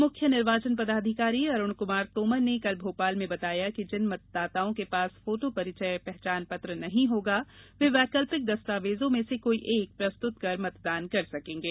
उप मुख्य निर्वाचन पदाधिकारी अरूण कमार तोमर ने कल भोपाल में बताया कि जिन मतदाताओं के पास फोटो परिचय पहचान पत्र नहीं होगा वे वैकल्पिक दस्तावेजों में से कोई एक प्रस्तुत कर मतदान कर सकेंगे